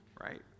right